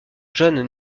john